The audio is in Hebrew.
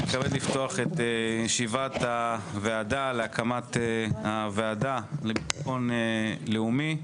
אני מתכבד לפתוח את ישיבת הוועדה להקמת הוועדה לביטחון לאומי.